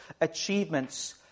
achievements